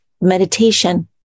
meditation